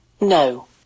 No